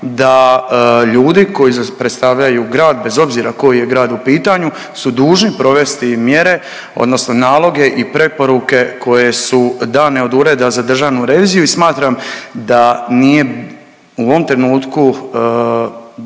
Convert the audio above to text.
da ljudi koji predstavljaju grad bez obzira koji je grad u pitanju su dužni provesti mjere odnosno naloge i preporuke koje su dane od Ureda za Državnu reviziju i smatram da nije u ovom trenutku se dovoljno